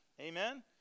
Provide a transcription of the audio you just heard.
Amen